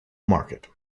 market